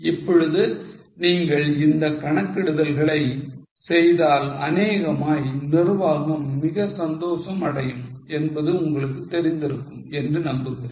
இப்பொழுது நீங்கள் இந்த கணக்கிடுதல்களை செய்தால் அநேகமாய் நிர்வாகம் மிக சந்தோசம் அடையும் என்பது உங்களுக்கு தெரிந்திருக்கும் என்று நம்புகிறேன்